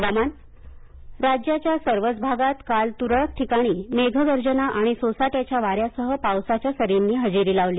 हवामान राज्याच्या सर्वच भागात काल तुरळक ठिकाणी मेघगर्जना आणि सोसाट्याच्या वाऱ्यासह पावसाच्या सरींनी हजेरी लावली